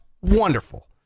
Wonderful